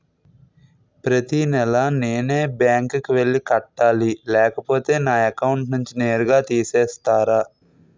ప్రతి నెల నేనే బ్యాంక్ కి వెళ్లి కట్టాలి లేకపోతే నా అకౌంట్ నుంచి నేరుగా తీసేస్తర?